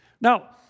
Now